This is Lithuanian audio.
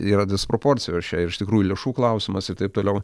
yra disproporcijos čia ir iš tikrųjų lėšų klausimas ir taip toliau